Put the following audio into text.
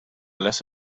less